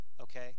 Okay